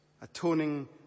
atoning